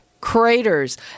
craters